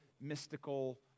mystical